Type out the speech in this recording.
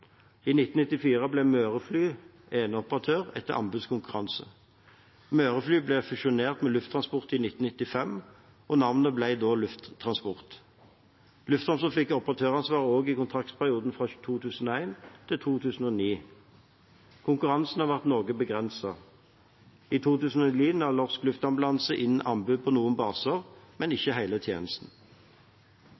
I 1994 ble Mørefly eneoperatør etter anbudskonkurranse. Mørefly ble fusjonert med Lufttransport i 1995, og navnet ble da «Lufttransport». Lufttransport fikk operatøransvaret også i kontraktsperiodene fra 2001 til 2009. Konkurransen har vært noe begrenset. I 2009 la Norsk Luftambulanse inn anbud på noen baser, men